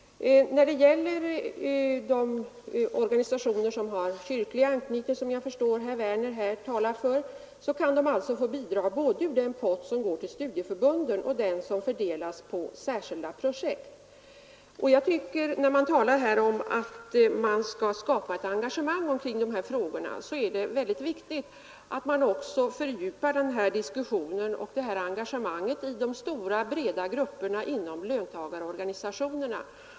De organisationer som har kyrklig anknytning, som jag förstår att herr Werner talar för, kan få bidrag både från den pott som går till studieförbunden och från den som går till särskilda projekt. När man talar om att man skall skapa ett engagemang kring dessa frågor tycker jag att det är väldigt viktigt att man också fördjupar diskussionen och engagemanget bland de stora breda grupperna inom löntagarorganisa tionerna.